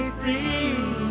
free